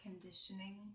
conditioning